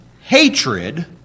hatred